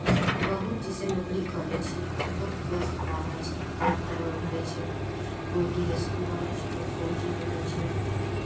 बहुत जइसे नौकरी करै छै बहुतके खुआइश पूरा भऽ जाइ छै क्लेक्टरमे भरै छै कोइ डी एस पी बनै छै कोइ फौजी बनै छै